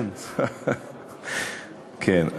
כן.